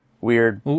Weird